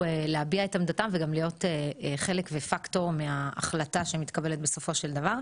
להביע את עמדתם וגם להיות חלק מההחלטה שמתקבלת בסופו של דבר.